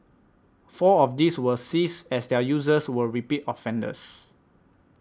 four of these were seized as their users were repeat offenders